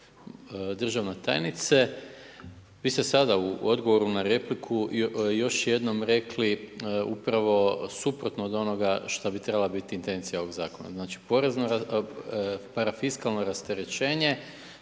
državna tajnice, vi ste sada u odgovoru na repliku još jednom rekli upravo suprotno od onoga šta bi trebala biti intencija ovog zakona, znači parafiskalno rasterećenje,